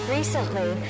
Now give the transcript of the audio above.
Recently